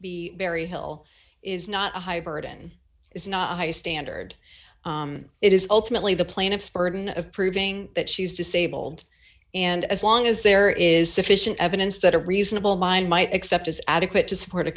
be very hill is not a high burden is not a high standard it is ultimately the plaintiff's burden of proving that she is disabled and as long as there is sufficient evidence that a reasonable mind might accept is adequate to support a